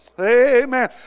Amen